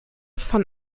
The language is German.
von